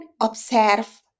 observe